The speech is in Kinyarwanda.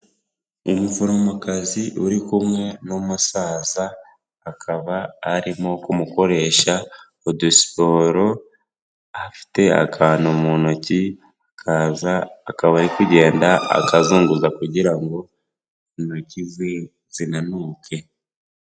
Umuforomokazi uri kumwe n'umusaza, akaba arimo kumukoresha udusiporo, afite akantu mu ntoki akaza, akaba ari kugenda akazunguza kugira ngo inoki zinanuke.